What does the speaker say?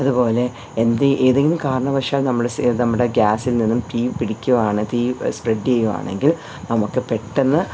അതുപോലെ എന്തി ഏതെങ്കിലും കാരണവശാൽ നമ്മൾ നമ്മുടെ ഗ്യാസിൽ നിന്നും തീ പിടിക്കുവാണ് തീ സ്പ്രെഡ് ചെയ്യുവാണെങ്കിൽ നമുക്ക് പെട്ടെന്ന്